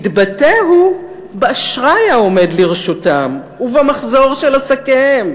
מתבטא הוא באשראי העומד לרשותם ובמחזור של עסקיהם.